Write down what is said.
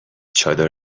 چادر